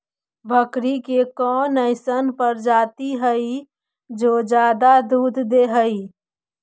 बकरी के कौन अइसन प्रजाति हई जो ज्यादा दूध दे हई?